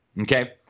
Okay